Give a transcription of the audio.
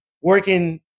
working